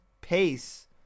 pace